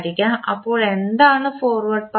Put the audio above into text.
അപ്പോൾ എന്താണ് forward path gain